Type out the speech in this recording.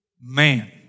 man